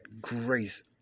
grace